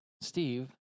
Steve